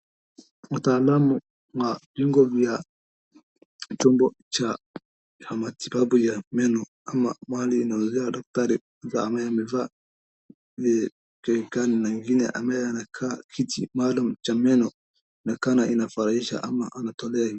Mtaalamu wa kingo via chombo cha matibabu ya meno ama mahali anauzia daktari za meno amevaa viakike ni na ingine ambayo anakaa kiti maalum cha meno na kana inafurahisha ama anatolewa